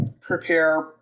prepare